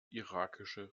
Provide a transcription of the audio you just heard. irakische